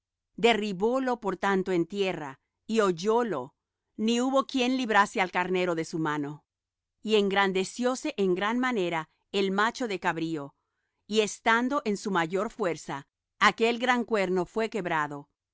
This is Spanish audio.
él derribólo por tanto en tierra y hollólo ni hubo quien librase al carnero de su mano y engrandecióse en gran manera el macho de cabrío y estando en su mayor fuerza aquel gran cuerno fué quebrado